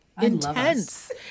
Intense